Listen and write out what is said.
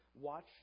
watch